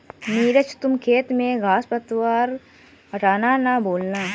नीरज तुम खेत में घांस पतवार हटाना ना भूलना